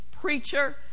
preacher